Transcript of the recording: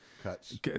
cuts